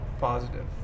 positive